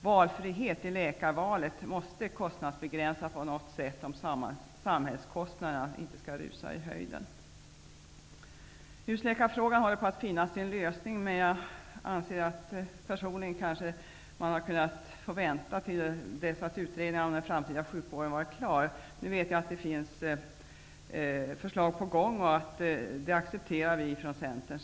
Valfrihet i läkarvalet måste kostnadsbegränsas på något sätt om samhällskostnaderna inte skall rusa i höjden. Husläkarfrågan håller på att finna sin lösning, men jag anser personligen att den med fördel kunnat få vänta till dess utredningen om den framtida sjukvården varit klar. Nu vet jag att förslag är under utarbetande, och det accepterar vi i Centern.